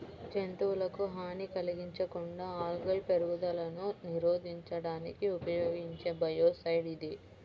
జంతువులకు హాని కలిగించకుండా ఆల్గల్ పెరుగుదలను నిరోధించడానికి ఉపయోగించే బయోసైడ్ ఇది